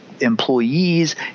employees